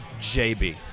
JB